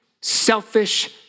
selfish